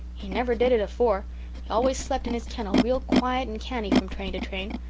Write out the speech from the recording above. he never did it afore always slept in his kennel real quiet and canny from train to train.